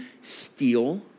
steal